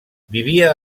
vivia